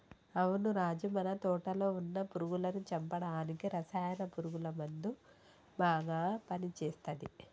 అవును రాజు మన తోటలో వున్న పురుగులను చంపడానికి రసాయన పురుగుల మందు బాగా పని చేస్తది